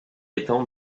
étant